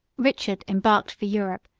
richard embarked for europe,